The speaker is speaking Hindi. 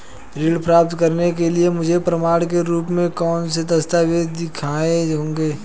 ऋण प्राप्त करने के लिए मुझे प्रमाण के रूप में कौन से दस्तावेज़ दिखाने होंगे?